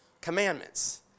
commandments